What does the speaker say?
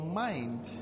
mind